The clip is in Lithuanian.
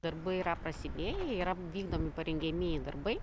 darbai yra prasidėję yra vykdomi parengiamieji darbai